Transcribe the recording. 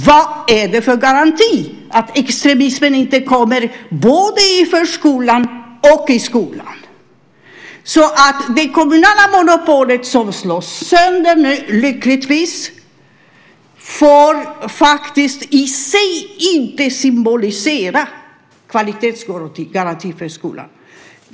Vad finns det för garanti för att extremismen inte kommer både i förskolan och i skolan? Det kommunala monopolet som nu lyckligtvis slås sönder får i sig inte symbolisera kvalitetsgaranti för skolan.